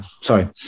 sorry